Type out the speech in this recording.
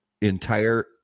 entire